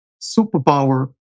superpower